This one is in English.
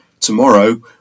tomorrow